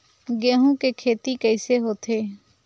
गेहूं के खेती कइसे होथे?